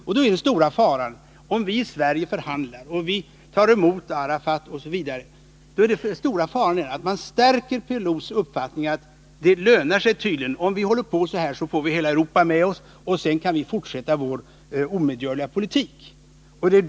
Om vi från Sverige förhandlar, om vi tar emot Arafat osv. är den stora faran att man stärker PLO:s uppfattning att dess politik tydligen lönar sig. PLO kan dra slutsatsen: Om vi håller på så här får vi hela Europa med oss, och sedan kan vi fortsätta vår omedgörliga politik.